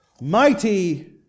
mighty